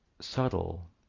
subtle